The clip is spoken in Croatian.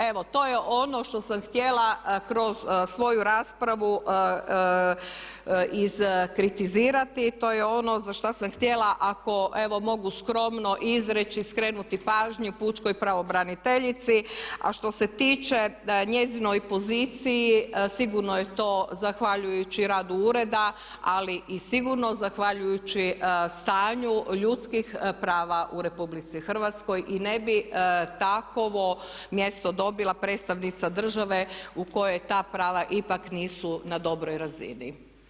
Evo to je ono što sam htjela kroz svoju raspravu iskritizirati, to je ono za što sam hitjela ako evo mogu skromno izreći, skrenuti pažnju pučkoj pravobraniteljici a što se tiče njezinoj poziciji sigurno je to zahvaljujući radu ureda ali i sigurno zahvaljujući stanju ljudskih prava u RH i ne bi takovo mjesto dobila predstavnica države u kojoj ta prava ipak nisu na dobroj razini.